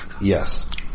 Yes